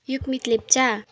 Yukmit Lepcha